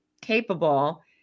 capable